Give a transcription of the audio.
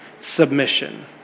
submission